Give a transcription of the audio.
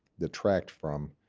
detract from